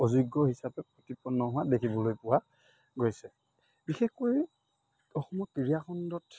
অযোগ্য হিচাপে প্ৰতিপন্ন হোৱা দেখিবলৈ পোৱা গৈছে বিশেষকৈ অসমৰ ক্ৰীড়াখণ্ডত